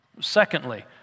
Secondly